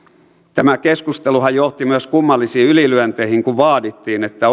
tämä keskusteluhan johti myös kummallisiin ylilyönteihin kun vaadittiin että